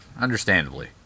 understandably